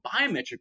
biometric